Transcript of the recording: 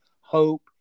hope